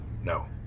No